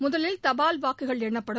முதலில் தபால் வாக்குகள் எண்ணப்படும்